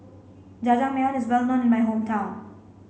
Jajangmyeon is well known in my hometown